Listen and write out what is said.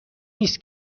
نیست